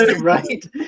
right